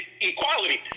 equality